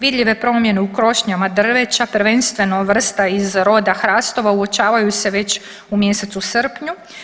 Vidljive promjene u krošnjama drveća prvenstveno vrsta iz roda hrastova uočavaju se već u mjesecu srpnju.